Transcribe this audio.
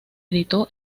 editó